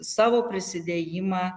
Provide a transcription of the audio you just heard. savo prisidėjimą